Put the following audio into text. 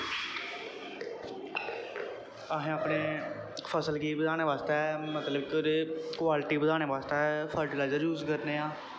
असें अपनी फसल गी बधाने बास्तै मतलब के क्वालटी बधाने बास्तै फर्टीलाईज़र यूज करने आं